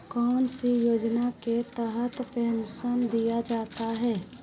कौन सी योजना के तहत पेंसन दिया जाता है?